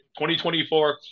2024